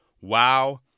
wow